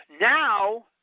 Now